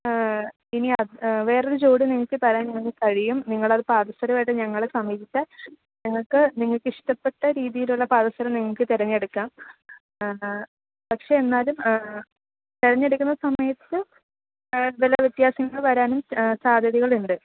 ആ ഇനി അത് വേറൊരു ജോഡി നിങ്ങൾക്ക് തരാന് ഞങ്ങൾക്ക് കഴിയും നിങ്ങളത് പാദസരമായിട്ട് ഞങ്ങളെ സമീപിച്ചാല് നിങ്ങൾക്ക് നിങ്ങൾക്ക് ഇഷ്ടപ്പെട്ട രീതിയിലുള്ള പാദസരം നിങ്ങൾക്ക് തിരഞ്ഞെടുക്കാം പക്ഷേ എന്നാലും തിരഞ്ഞെടുക്കുന്ന സമയത്ത് വില വ്യത്യാസങ്ങൾ വരാനും സാധ്യതകളുണ്ട്